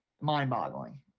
mind-boggling